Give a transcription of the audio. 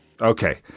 Okay